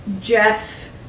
Jeff